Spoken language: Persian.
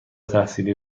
تحصیلی